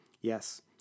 Yes